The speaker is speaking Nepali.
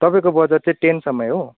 तपाईँको बजट चाहिँ टेनसम्मै हो